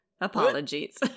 Apologies